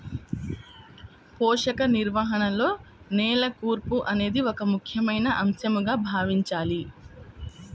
పోషక నిర్వహణలో నేల కూర్పు అనేది ఒక ముఖ్యమైన అంశంగా భావించాలి